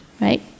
right